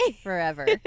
forever